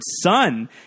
son